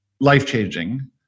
life-changing